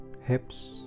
Hips